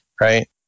right